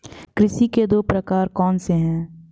कृषि के दो प्रकार कौन से हैं?